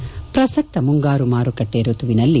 head ಪ್ರಸಕ್ತ ಮುಂಗಾರು ಮಾರುಕಟ್ಟೆ ಋತುವಿನಲ್ಲಿ